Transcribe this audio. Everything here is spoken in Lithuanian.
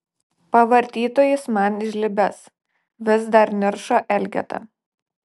pavartytų jis man žlibes vis dar niršo elgeta